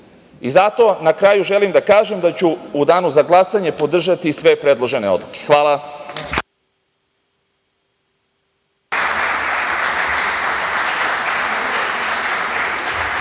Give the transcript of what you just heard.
na kraju želim da kažem da ću u Danu za glasanju podržati sve predložene odluke. Hvala.